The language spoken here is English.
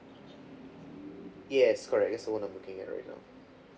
yes correct that's the one I'm looking at right now